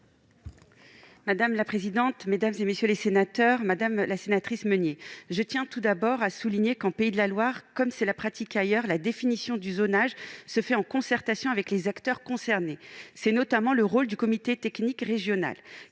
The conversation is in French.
? La parole est à Mme la ministre déléguée. Madame la sénatrice Meunier, je tiens tout d'abord à souligner qu'en Pays de la Loire, comme c'est la pratique ailleurs, la définition du zonage se fait en concertation avec les acteurs concernés. C'est notamment le rôle du comité technique régional